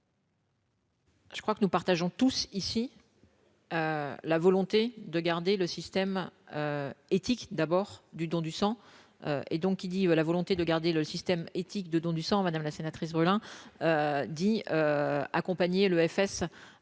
Je crois que nous partageons tous ici. La volonté de garder le système éthique d'abord du don du sang et donc il dit : la volonté de garder le système éthique de don du sang, madame la sénatrice, hein, dit accompagner l'EFS